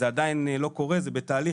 זה עדיין לא קורה, זה בתהליך.